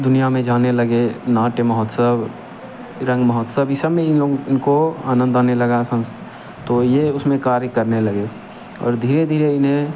दुनिया में जाने लगे नाट्य महोत्सव रंग महोत्सव ई सब में इनको आनंद लगा तो ये उसमें कार्य करने लगे और धीरे धीरे इन्हें